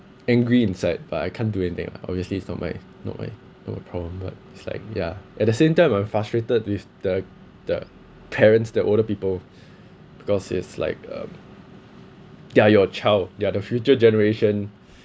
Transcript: angry inside but I can't do anything lah obviously it's not my not my not my problem but it's like ya at the same time I'm frustrated with the the parents the older people because it's like um they are your child they are the future generation